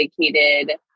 dedicated